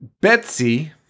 Betsy